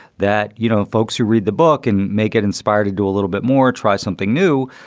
that, you know, folks who read the book and make it inspired to do a little bit more, try something new.